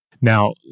Now